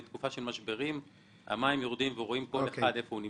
בתקופה של משברים המים יורדים ורואים כל אחד איפה הוא נמצא.